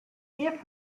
give